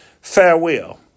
farewell